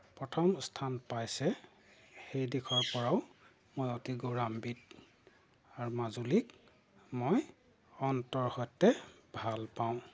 প্ৰথম স্থান পাইছে সেই দিশৰপৰাও মই অতি গৌৰাম্বিত আৰু মাজুলীক মই অন্তৰৰ সৈতে ভাল পাওঁ